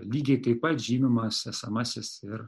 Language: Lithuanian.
lygiai taip pat žymimas esamasis ir